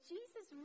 Jesus